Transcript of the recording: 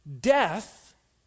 death